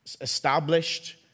established